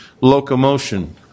locomotion